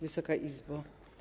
Wysoka Izbo!